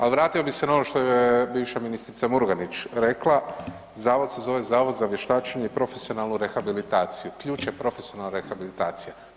Ali vratio bih se na ono što je bivše ministra Murganić rekla, zavod se zove Zavod za vještačenje i profesionalnu rehabilitaciju, ključ je profesionalna rehabilitacija.